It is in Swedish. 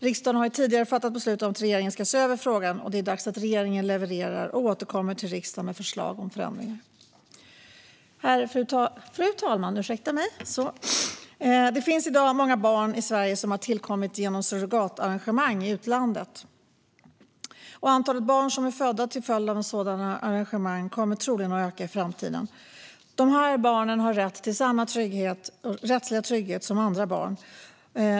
Riksdagen har tidigare fattat beslut om att regeringen ska se över frågan, och det är dags att regeringen levererar och återkommer till riksdagen med förslag om förändringar. Fru talman! Det finns i dag många barn i Sverige som har tillkommit genom surrogatarrangemang i utlandet. Antalet barn som är födda till följd av sådana arrangemang kommer troligen att öka i framtiden. De här barnen har rätt till samma rättsliga trygghet som andra barn.